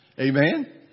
Amen